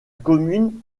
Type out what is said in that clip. commune